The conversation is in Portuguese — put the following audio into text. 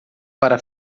para